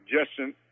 suggestion